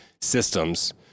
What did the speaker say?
systems